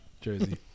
Jersey